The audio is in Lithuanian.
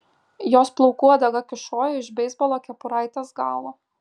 jos plaukų uodega kyšojo iš beisbolo kepuraitės galo